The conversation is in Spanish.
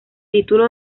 título